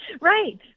Right